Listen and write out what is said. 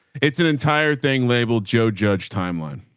it's an entire thing. labeled joe judge timeline.